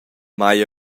mai